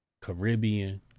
Caribbean